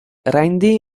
randy